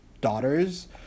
daughters